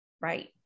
Right